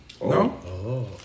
No